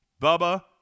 Bubba